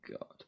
God